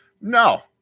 No